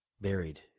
Buried